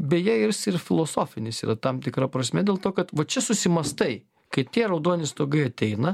beje ir jis ir filosofinis yra tam tikra prasme dėl to kad va čia susimąstai kai tie raudoni stogai ateina